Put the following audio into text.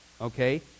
Okay